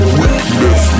weakness